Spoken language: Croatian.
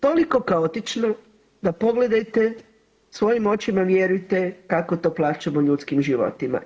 Toliko kaotično da pogledajte svojim očima vjerujte kako to plaćamo ljudskim životima.